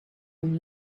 than